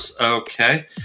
Okay